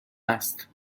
است